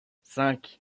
cinq